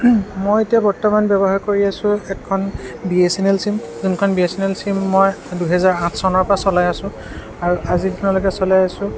মই এতিয়া বৰ্তমান ব্যৱহাৰ কৰি আছোঁ এখন B S N L SIM যোনখন B S N L SIM মই দুহেজাৰ আঠ চনৰ পৰা চলাই আছোঁ আৰু আজি দিনলৈকে চলাই আছোঁ